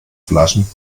flaschen